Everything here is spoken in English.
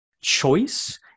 choice